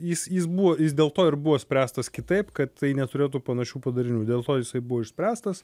jis jis buvo jis dėl to ir buvo spręstas kitaip kad tai neturėtų panašių padarinių dėl to jisai buvo išspręstas